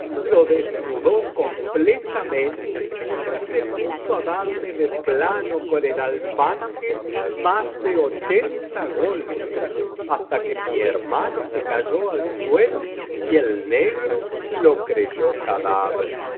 lo desnudó completamente y se puso á darle de plano con el alfanje más de ochenta golpes hasta que mi hermano se cayó al suelo y el negro lo creyó cadáver